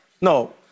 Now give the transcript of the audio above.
no